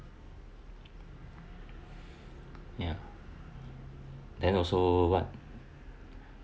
ya then also what